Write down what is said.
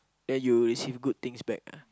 then you'll receive good things back ah